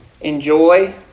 enjoy